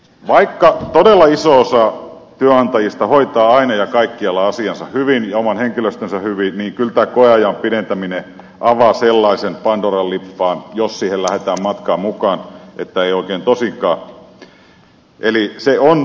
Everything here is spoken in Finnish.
vaikka todella iso osa työnantajista hoitaa aina ja kaikkialla asiansa hyvin ja oman henkilöstönsä hyvin niin kyllä tämä koeajan pidentäminen avaa sellaisen pandoran lippaan jos siihen lähdetään matkaan mukaan että ei ole oikein tosikaan